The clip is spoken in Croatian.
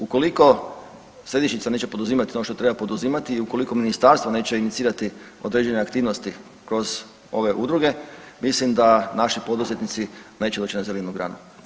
Ukoliko središnjica neće poduzimati ono što treba poduzimati i ukoliko ministarstvo neće inicirati određene aktivnosti kroz ove udruge mislim da naši poduzetnici neće doći na zelenu granu.